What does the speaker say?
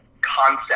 concept